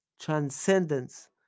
Transcendence